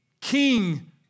king